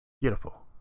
Beautiful